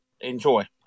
enjoy